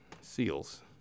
Seals